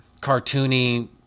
cartoony